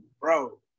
bro